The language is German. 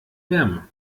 wärme